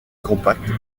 compacte